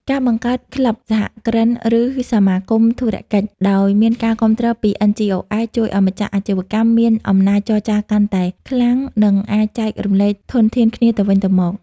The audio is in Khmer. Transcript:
ការបង្កើត "ក្លឹបសហគ្រិន" ឬ "សមាគមធុរកិច្ច" ដោយមានការគាំទ្រពី NGOs ជួយឱ្យម្ចាស់អាជីវកម្មមានអំណាចចរចាកាន់តែខ្លាំង និងអាចចែករំលែកធនធានគ្នាទៅវិញទៅមក